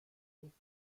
duft